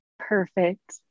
perfect